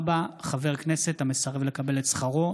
4. חבר כנסת המסרב לקבל את שכרו.